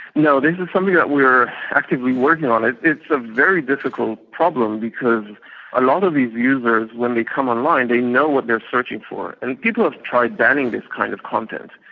no, this is something that we are actively working on. it's a very difficult problem because a lot of these users when they come online they know what they are searching for. and people have tried banning this kind of content,